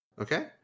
Okay